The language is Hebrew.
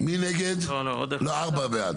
ארבעה בעד.